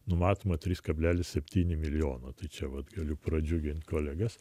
numatoma trys kablelis septyni milijono tai čia vat galiu pradžiuginti kolegas